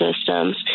systems